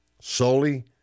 solely